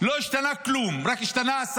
לא השתנה כלום, רק השר השתנה,